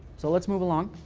so let's move along.